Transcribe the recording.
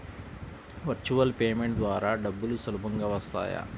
Virtual payment ద్వారా డబ్బులు సులభంగా వస్తాయా?